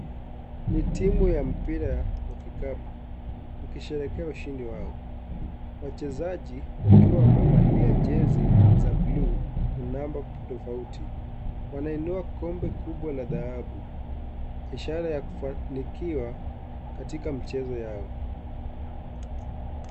Ni timu ya mpira wa kikapu ikisherehekea ushindi wao. Wachezaji wakiwa wamevalia jezi za buluu na namba tofauti. Wanainua kombe kubwa la dhahabu ishara ya kufanikiwa katika mchezo yao.